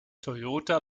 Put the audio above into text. toyota